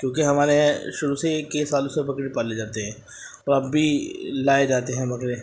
کیونکہ ہمارے یہاں شروع سے ہی کئی سالوں سے بکرے پالے جاتے ہیں اور اب بھی لائے جاتے ہیں بکرے